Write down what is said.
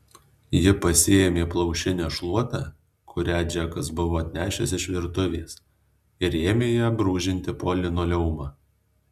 ji pasiėmė plaušinę šluotą kurią džekas buvo atnešęs iš virtuvės ir ėmė ja brūžinti po linoleumą